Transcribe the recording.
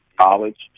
college